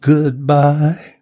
Goodbye